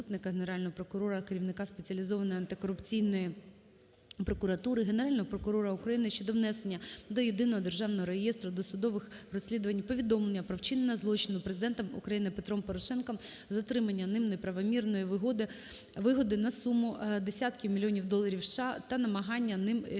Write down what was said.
Генерального прокурора України щодо внесення до Єдиного державного реєстру досудових розслідувань повідомлення про вчинення злочину Президентом України Петром Порошенком з отримання ним неправомірної вигоди на суму десятків мільйонів доларів США та вимагання ним частини